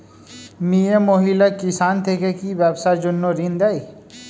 মিয়ে মহিলা কিষান থেকে কি ব্যবসার জন্য ঋন দেয়?